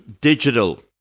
digital